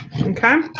Okay